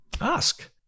ask